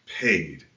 paid